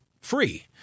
free